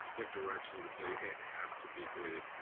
give direction to say it has to be graded.